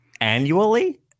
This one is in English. annually